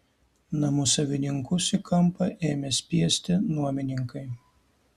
namų savininkus į kampą ėmė spiesti nuomininkai